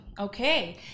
Okay